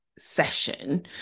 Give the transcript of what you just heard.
Session